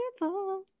wonderful